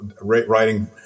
writing